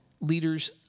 leaders